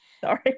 Sorry